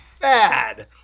bad